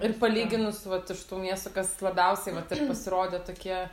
ir palyginus vat iš tų miestų kas labiausiai vat ir pasirodė tokie